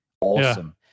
Awesome